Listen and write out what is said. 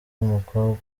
umukobwa